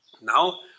Now